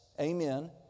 amen